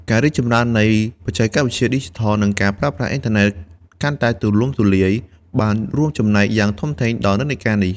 ការរីកចម្រើននៃបច្ចេកវិទ្យាឌីជីថល និងការប្រើប្រាស់អ៊ីនធឺណិតកាន់តែទូលំទូលាយ បានរួមចំណែកយ៉ាងធំធេងដល់និន្នាការនេះ។